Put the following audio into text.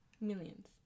Millions